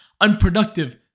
unproductive